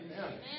Amen